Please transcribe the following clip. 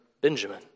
Benjamin